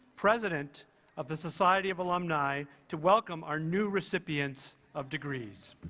president of the society of alumni, to welcome our new recipients of degrees.